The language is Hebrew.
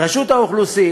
חברת הכנסת שלי יחימוביץ,